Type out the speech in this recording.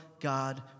God